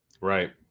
Right